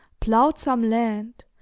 ploughed some land,